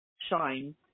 shine